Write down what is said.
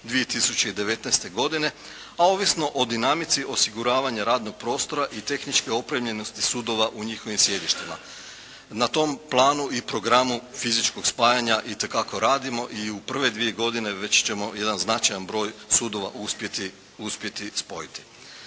2019. godine a ovisno o dinamici osiguravanja radnog prostora i tehničke opremljenosti sudova u njihovim sjedištima. Na tom planu i programu fizičkog spajanja itekako radimo i u prve dvije godine već ćemo jedan značajan broj sudova uspjeti spojiti.